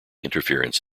interference